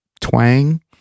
twang